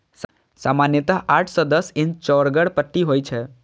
सामान्यतः आठ सं दस इंच चौड़गर पट्टी होइ छै